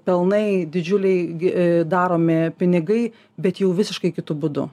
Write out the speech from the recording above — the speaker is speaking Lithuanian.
pelnai didžiuliai gi daromi pinigai bet jau visiškai kitu būdu